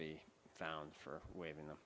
be found for waiving them